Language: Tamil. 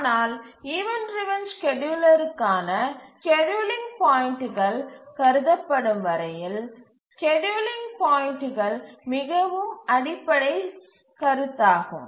ஆனால் ஈவண்ட் டிரவன் ஸ்கேட்யூலர்களுக்கான ஸ்கேட்யூலிங் பாயிண்ட்டுகள் கருதப்படும் வரையில் ஸ்கேட்யூலிங் பாயிண்ட்டுகள் மிகவும் அடிப்படைக் கருத்தாகும்